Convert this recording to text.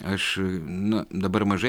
aš na dabar mažai